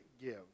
give